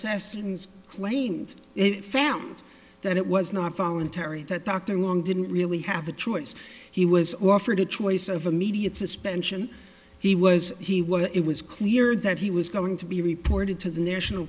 sessoms claimed it found that it was not voluntary that dr wong didn't really have a choice he was offered a choice of immediate suspension he was he was it was clear that he was going to be reported to the national